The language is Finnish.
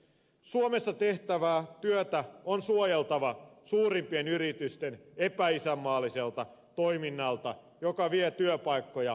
suomessa tehtävää työtä on suojeltava suurimpien yritysten epäisänmaalliselta toiminnalta joka vie työpaikkoja maasta ulos